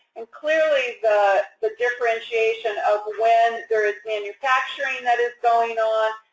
and clearly the differentiation of when there is manufacturing that is going on,